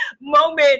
moment